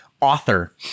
Author